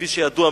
כפי שידוע,